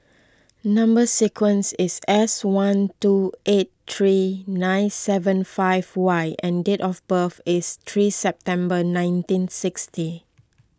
Number Sequence is S one two eight three nine seven five Y and date of birth is three September nineteen sixty